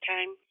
Time